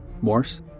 Morse